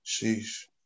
Sheesh